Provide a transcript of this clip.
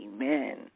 Amen